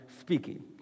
speaking